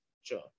Sure